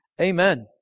Amen